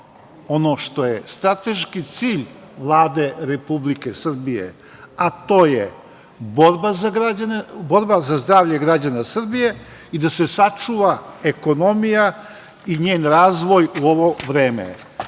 ono što je strateški cilj Vlade Republike Srbije, a to je borba za zdravlje građana Srbije i da se sačuva ekonomija i njen razvoj u ovo vreme.